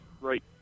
right